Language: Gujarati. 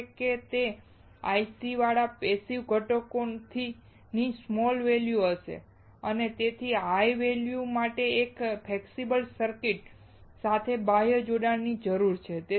આગળ એક એ છે કે ICવાળા પેસિવ ઘટકોની સ્મોલ વેલ્યુ હશે અને તેથી હાઈ વેલ્યુ માટે એક ફ્લેક્સિબલ સર્કિટ સાથે બાહ્ય જોડાણ જરૂરી છે